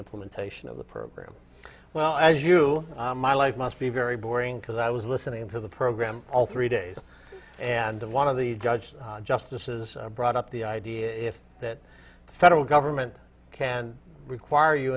implementation of the program well as you my life must be very boring because i was listening to the program all three days and one of the judge justices brought up the idea if that federal government can require you